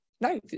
no